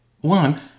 One